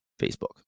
Facebook